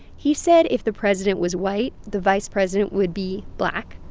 he said if the president was white, the vice president would be black.